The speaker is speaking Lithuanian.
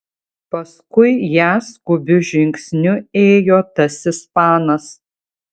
paskui ją skubiu žingsniu ėjo tas ispanas